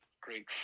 great